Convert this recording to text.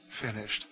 Finished